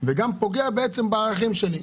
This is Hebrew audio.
וגם פוגע בערכים שלי.